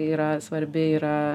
yra svarbi yra